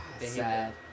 sad